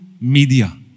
media